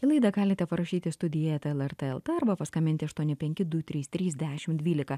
į laidą galite parašyti studija eta lrt lt arba paskambinti aštuoni penki du trys trys dešim dvylika